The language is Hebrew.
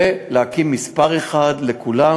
ולתת מספר אחד לכולם,